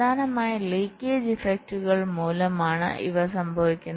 പ്രധാനമായും ലീക്കേജ് ഇഫക്റ്റുകൾ മൂലമാണ് ഇവ സംഭവിക്കുന്നത്